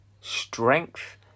strength